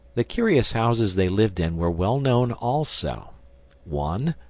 the curious houses they lived in were well known also one,